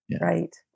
Right